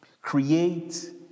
create